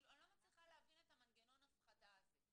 אני לא מצליחה להבין את המנגנון הפחדה הזה.